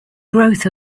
growth